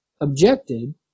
objected